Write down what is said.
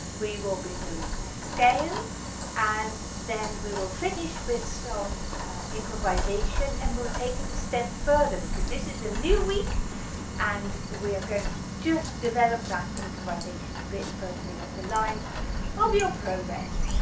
we will be doing a scale and then we will finish with some so improvisation and we'll take it a step further because this is a new week and we are going to just develop that improvisation a bit further along the lines of your progress,